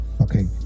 Okay